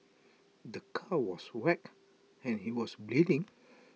the car was wrecked and he was bleeding